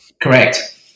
correct